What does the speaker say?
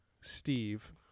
Steve